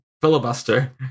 filibuster